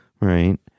Right